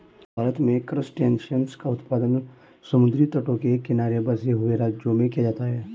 भारत में क्रासटेशियंस का उत्पादन समुद्री तटों के किनारे बसे हुए राज्यों में किया जाता है